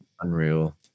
Unreal